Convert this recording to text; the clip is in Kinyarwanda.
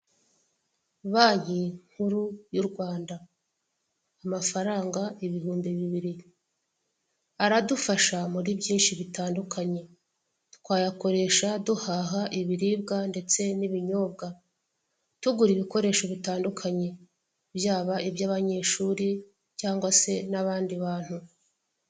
Banki nkuru y'u Rwanda, amafaranga ibihumbi bibiri, aradufasha muri byinshi bitandukanye, twayakoresha duhaha ibiribwa ndetse n'ibinyobwa, tugura ibikoresho bitandukanye byaba iby'abanyeshuri cyangwa se n'abandi bantu.